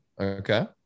Okay